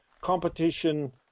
competition